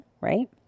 right